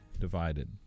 divided